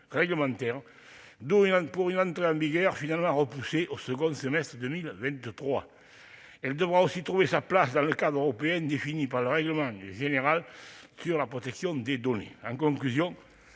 réglementaires, d'où une entrée en vigueur finalement repoussée au second semestre de 2023. Elle devra aussi trouver sa place dans le cadre européen défini par le règlement général européen sur la protection des données personnelles.